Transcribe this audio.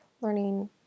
learning